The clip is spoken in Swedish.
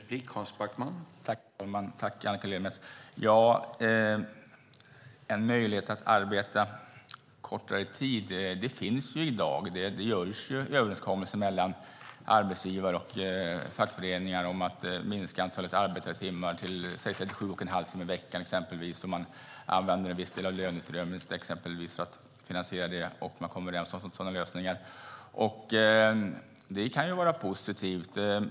Herr talman! Jag vill tacka Annika Lillemets för det sagda. En möjlighet till kortare arbetstid finns redan i dag. Det träffas överenskommelser mellan arbetsgivare och fackföreningar om att minska antalet arbetade timmar till säg 37 1⁄2 timme i veckan. Man använder då till exempel en viss del av löneutrymmet till att finansiera det. Sådana lösningar kommer man överens om, och det kan vara positivt.